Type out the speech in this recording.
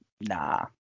nah